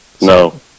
No